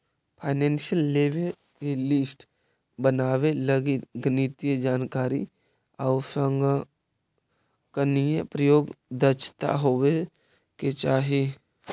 financial लेवे के list बनावे लगी गणितीय जानकारी आउ संगणकीय प्रयोग में दक्षता होवे के चाहि